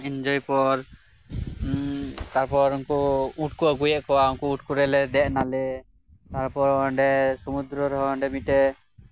ᱤᱱᱡᱚᱭ ᱯᱚᱨ ᱛᱟᱨᱯᱚᱨ ᱩᱝᱠᱩ ᱩᱸᱴ ᱠᱚ ᱟᱜᱩᱭᱮᱜ ᱠᱚᱣᱟ ᱩᱝᱠᱩ ᱩᱸᱴ ᱠᱚᱨᱮᱞᱮ ᱫᱮᱜ ᱱᱟᱞᱮ ᱛᱟᱨᱯᱚᱨ ᱚᱸᱰᱮ ᱥᱚᱢᱩᱫᱽᱨᱚ ᱨᱮᱦᱚᱸ ᱚᱸᱰᱮ ᱢᱤᱜᱴᱮᱡ